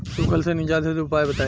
सुखार से निजात हेतु उपाय बताई?